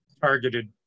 targeted